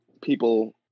people